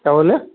क्या बोले